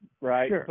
right